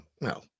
No